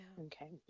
Okay